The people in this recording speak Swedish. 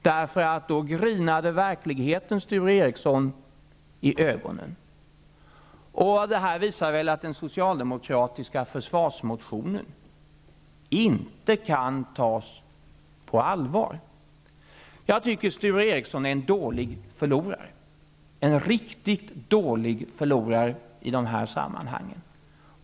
Då grinade nämligen verkligheten Sture Ericson i ögonen. Det här visar väl att den socialdemokratiska försvarsmotionen inte kan tas på allvar. Jag tycker att Sture Ericson är en riktigt dålig förlorare i de här sammanhangen.